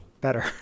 better